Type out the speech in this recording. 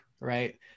right